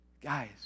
Guys